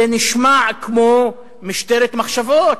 זה נשמע כמו משטרת מחשבות.